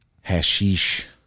hashish